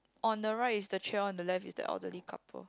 on the right is the tree on the left is the elderly couple